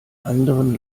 anderen